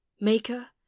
maker